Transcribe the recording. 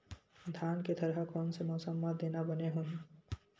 धान के थरहा कोन से मौसम म देना बने होही?